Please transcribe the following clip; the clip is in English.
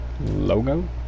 logo